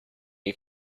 you